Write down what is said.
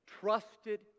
trusted